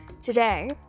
Today